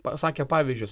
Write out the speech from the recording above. pasakė pavyzdžius